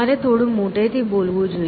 તમારે થોડું મોટેથી બોલવું જોઈએ